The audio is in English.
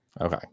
Okay